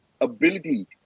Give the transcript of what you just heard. ability